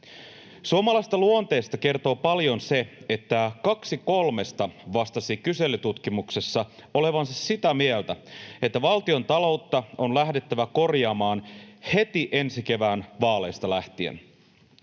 Suomalaisesta luonteesta kertoo paljon se, että kaksi kolmesta vastasi kyselytutkimuksessa olevansa sitä mieltä, että valtiontaloutta on lähdettävä korjaamaan heti ensi kevään vaaleista lähtien.